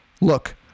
look